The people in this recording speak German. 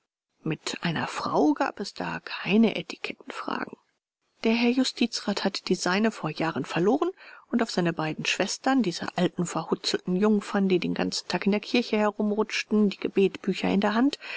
mit einer frau gab es da keine etikettenfragen der herr justizrat hatte die seine vor jahren verloren und auf seine beiden schwestern diese alten verhutzelten jungfern die den ganzen tag in der kirche herumrutschten die gebetbücher in der hand